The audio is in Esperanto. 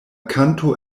kanto